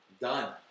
Done